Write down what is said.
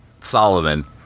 Solomon